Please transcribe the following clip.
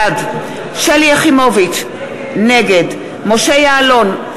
בעד שלי יחימוביץ, נגד משה יעלון,